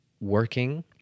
working